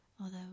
although